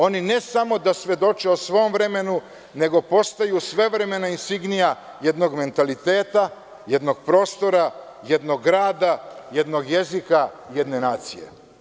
Oni ne samo da svedoče o svom vremenu, nego postaju svevremena insignija jednog mentaliteta, jednog prostora, jednog grada, jednog jezika, jedne nacije.